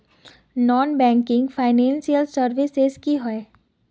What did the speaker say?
Non banking financial services की होय?